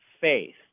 faith